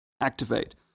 activate